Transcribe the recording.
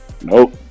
Nope